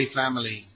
family